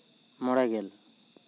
ᱢᱚᱬᱮ ᱜᱮᱞ